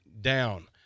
down